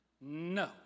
No